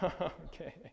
okay